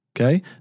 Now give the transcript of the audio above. Okay